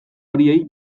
horiei